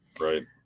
Right